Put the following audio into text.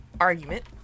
argument